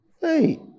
Hey